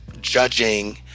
judging